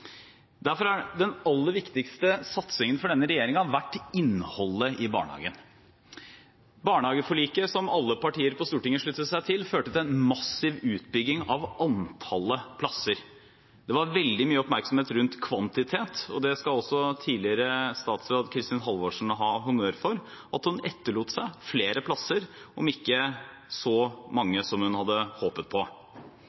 Derfor har den aller viktigste satsingen for denne regjeringen vært innholdet i barnehagen. Barnehageforliket, som alle partiene på Stortinget sluttet seg til, førte til en massiv utbygging av antallet plasser. Det var veldig mye oppmerksomhet rundt kvantitet, og tidligere statsråd Kristin Halvorsen skal ha honnør for at hun etterlot seg flere plasser, om ikke så mange som hun hadde håpet på.